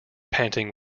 panting